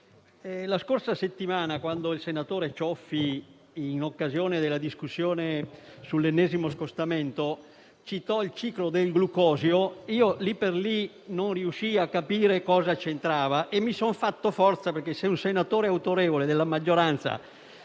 la scorsa settimana, quando il senatore Cioffi in occasione della discussione sull'ennesimo scostamento citò il ciclo del glucosio, io lì per lì non riuscii a capire cosa c'entrava e mi sono fatto forza perché se un senatore autorevole della maggioranza